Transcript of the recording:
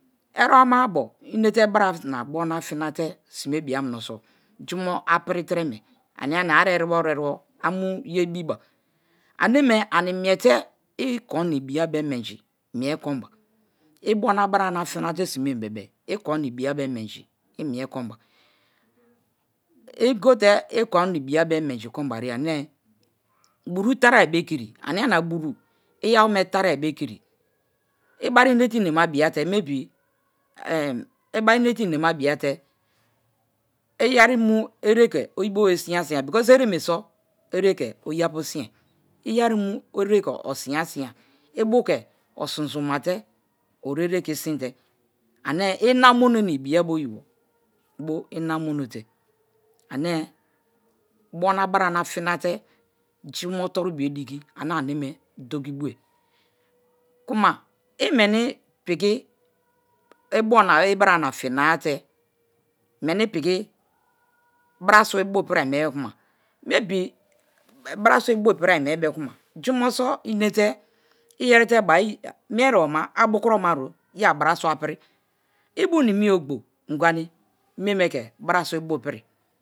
Erebo ama-abo ine̱te̱ bra̱ na bo na fi̱nate̱ si̱me̱ biye mine so jumo apiritereme ania-nia ari eribo-eribo amu yebiba, aneme ani miete ikona ibiya be menji mie konba. I bo na bara na finate simem bebe-e iko̱n na ibiye bo̱ menji imie konba. Igote ikon a ibiya be menji konbariye ane buru itari̱ be kiri ania-nia buru iyawome tarie be kiri ibari inete inema bia te̱ mybe ibari inete inema bia te iyeri mu ereke oyibobe sinya sinya because ereme so ereke oyiapu sinye iyeri mu ere ko asinya sinya iu bu ke oson-son mate ori ereke isinte ane ina mono na ibiye bo oyibo bo ina mono te, ane bo na, bara na finate jumo torubio diki ane aneme dokibuwuari, kuma imeni pi̱ki̱ ibo na ibara na fina-a te, meni piki braswa beasua ibu piri mie be kuma jumo so ine te iyerite bia mie erebon abukuro maro ye̱ abiraswa apiri, ibunimi ya o̱gbo̱ i̱ngwani̱ me̱me̱ ke̱ braswa i̱bu pi̱ri̱.